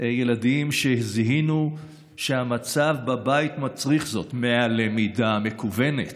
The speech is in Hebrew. ילדים שזיהינו שהמצב בבית מצריך זאת מהלמידה המקוונת.